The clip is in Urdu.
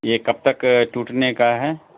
یہ کب تک ٹوٹنے کا ہے